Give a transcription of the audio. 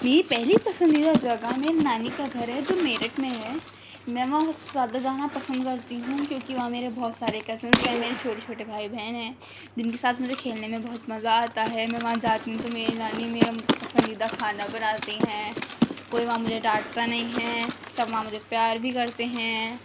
میری پہلی پسندیدہ جگہ میری نانی کا گھر ہے جو میرٹھ میں ہے میں وہاں زیادہ جانا پسند کرتی ہوں کیونکہ وہاں میرے بہت سارے کزنس ہیں میرے چھوٹے چھوٹے بھائی بہن ہیں جن کے ساتھ مجھے کھیلنے میں بہت مزہ آتا ہے میں وہاں جاتی ہوں تو میری نانی میرا پسندیدہ کھانا بناتی ہیں کوئی وہاں مجھے ڈانٹتا نہیں ہے سب وہاں مجھے پیار بھی کرتے ہیں